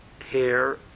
hair